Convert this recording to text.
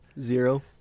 Zero